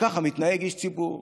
וככה מתנהג איש ציבור.